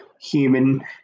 human